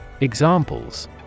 Examples